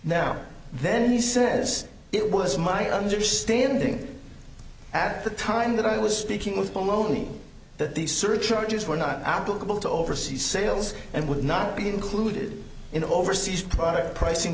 now then he says it was my understanding at the time that i was speaking with tom only that these surcharges were not applicable to overseas sales and would not be included in overseas product pricing